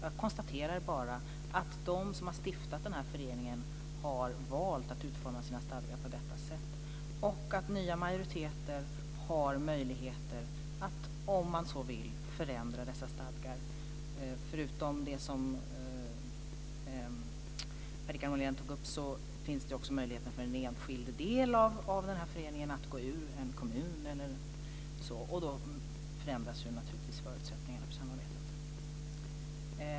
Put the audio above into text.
Jag konstaterar bara att de som har bildat den här föreningen har valt att utforma sina stadgar på det sättet. Nya majoriteter har möjlighet att, om man så vill, förändra dessa stadgar. Förutom det som Per Richard Molén tog upp finns det också möjlighet för den enskilde att gå ur en kommun, och då förändras naturligtvis förutsättningarna för samarbetet.